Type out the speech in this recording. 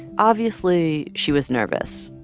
obviously, she was nervous.